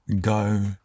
go